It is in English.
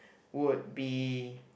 would be